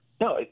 no